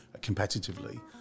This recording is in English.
competitively